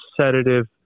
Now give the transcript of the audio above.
sedative